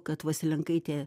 kad vasilenkaitė